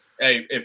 Hey